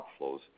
outflows